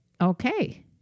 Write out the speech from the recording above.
Okay